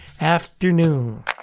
afternoon